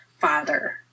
father